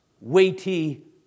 weighty